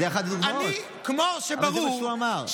זאת אחת הדוגמאות, אבל זה מה שהוא אמר.